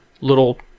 little